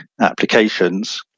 applications